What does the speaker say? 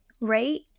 Right